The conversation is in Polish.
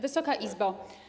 Wysoka Izbo!